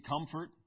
comfort